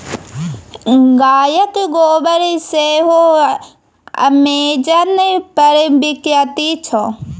गायक गोबर सेहो अमेजन पर बिकायत छै